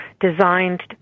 designed